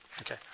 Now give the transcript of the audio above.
Okay